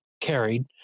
carried